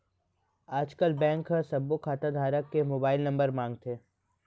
आजकल बेंक ह सब्बो खाता धारक के मोबाईल नंबर मांगथे